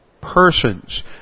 persons